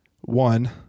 one